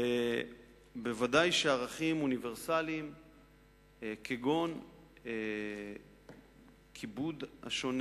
ודאי שערכים אוניברסליים כגון כיבוד השונה